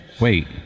Wait